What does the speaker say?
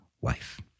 wife